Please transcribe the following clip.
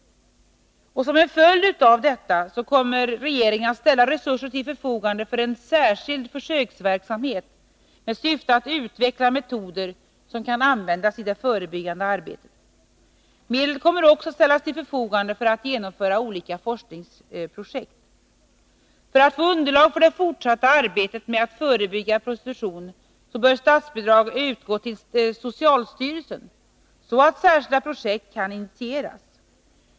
Som en följd av detta kommer regeringen att ställa resurser till förfogande för en särskild försöksverksamhet med syftet att utveckla metoder som kan användas i det förebyggande arbetet. Medel kommer också att ställas till förfogande för att man skall kunna genomföra olika forskningsprojekt. För att man skall få underlag för det fortsatta arbetet med att förebygga prostitutionen bör statsbidrag utgå till socialstyrelsen så att särskilda projekt kan initieras.